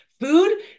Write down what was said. food